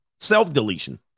Self-deletion